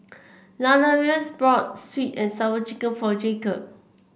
Ladarius brought sweet and Sour Chicken for Jacob